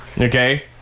okay